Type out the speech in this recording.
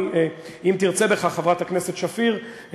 אם תרצה בכך חברת הכנסת שפיר,